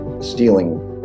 Stealing